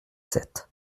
sept